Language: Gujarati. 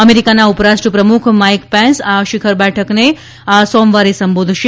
અમેરિકાના ઉપરાષ્ટ્રપ્રમુખ માઇક પેન્સ આ શીખર બેઠકને આ સોમવારે સંબોધશે